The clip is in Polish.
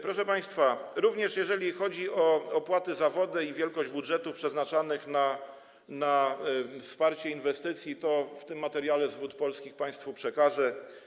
Proszę państwa, jeżeli chodzi o opłaty za wodę i wielkość budżetów przeznaczanych na wsparcie inwestycji, to w tym materiale dotyczącym Wód Polskich to państwu przekażę.